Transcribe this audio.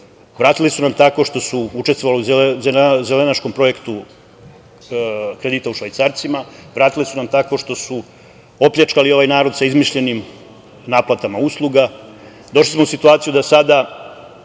Vratili su nam tako što su učestvovali u zelenaškom projektu kredita u švajcarcima, vratili su nam tako što su opljačkali ovaj narod sa izmišljenim naplatama usluga. Došli smo u situaciju da sada